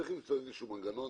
צריך למצוא איזשהו מנגנון.